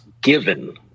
given